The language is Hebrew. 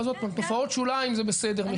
עוד פעם, תופעות שוליים זה בסדר מחד.